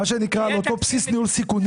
מה שנקרא, על אותו בסיס ניהול סיכונים.